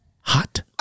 hot